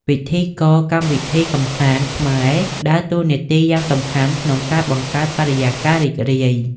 ពិធីករកម្មវិធីកម្សាន្ត ខ្មែរដើរតួនាទីយ៉ាងសំខាន់ក្នុងការបង្កើតបរិយាកាសរីករាយ។